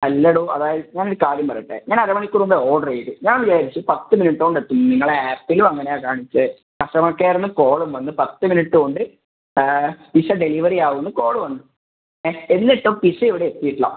അല്ലെടോ അതായത് ഞാൻ ഒരു കാര്യം പറയട്ടെ ഞാൻ അര മണിക്കൂറ് മുമ്പെ ഓർഡറ് ചെയ്ത് ഞാൻ വിചാരിച്ച് പത്ത് മിനിറ്റുകൊണ്ട് എത്തും നിങ്ങളുടെ ആപ്പിലും അങ്ങനെയാണ് കാണിച്ചത് കസ്റ്റമർ കെയറിൽ നിന്ന് കോളും വന്ന് പത്ത് മിനിറ്റ് കൊണ്ട് പിസ്സ ഡെലിവറി ആകുമെന്ന് കോള് വന്ന് ഏഹ് എന്നിട്ടും പിസ്സ ഇവിടെ എത്തിയിട്ടില്ല